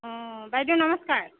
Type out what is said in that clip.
অ বাইদেউ নমস্কাৰ